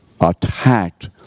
attacked